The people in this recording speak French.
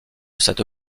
cette